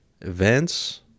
events